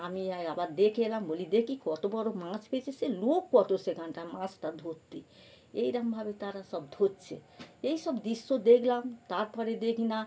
আমি আয় আবার দেখে এলাম বলি দেখি কত বড় মাছ পেয়েছে সে লোক কত সেখানটা মাছটা ধরতে এইরকমভাবে তারা সব ধরছে এইসব দৃশ্য দেখলাম তারপরে দেখি না